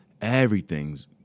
everything's